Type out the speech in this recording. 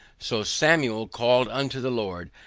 so samuel called unto the lord,